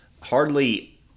hardly